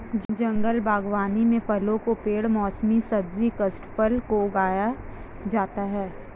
जंगल बागवानी में फलों के पेड़ मौसमी सब्जी काष्ठफल को उगाया जाता है